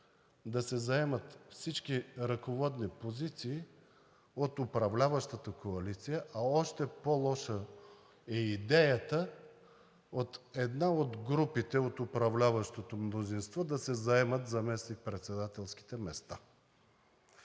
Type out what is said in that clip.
да се заемат всички ръководни позиции от управляващата коалиция, а още по-лоша е идеята от една от групите от управляващото мнозинство да се заемат заместникпредседателските места.